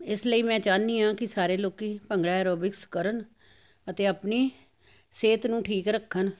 ਇਸ ਲਈ ਮੈਂ ਚਾਹੁੰਦੀ ਹਾਂ ਕਿ ਸਾਰੇ ਲੋਕ ਭੰਗੜਾ ਐਰੋਬਿਕਸ ਕਰਨ ਅਤੇ ਆਪਣੀ ਸਿਹਤ ਨੂੰ ਠੀਕ ਰੱਖਣ